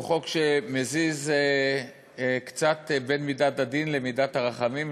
הוא חוק שמזיז קצת בין מידת הדין למידת הרחמים,